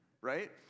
right